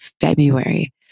February